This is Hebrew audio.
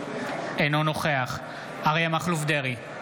אינו נוכח אריה מכלוף דרעי,